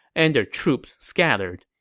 and their troops scattered.